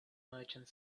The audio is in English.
merchant